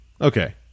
Okay